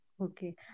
Okay